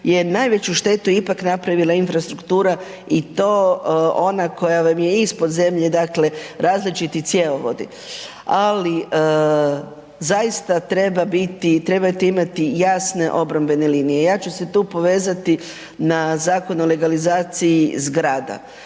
je najveću štetu ipak napravila infrastruktura i to ona koja vam je ispod zemlje, dakle različiti cjevovodi, ali zaista treba biti, trebate imati jasne obrambene linije. Ja ću se tu povezati na Zakon o legalizaciji zgrada.